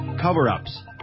cover-ups